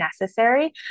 necessary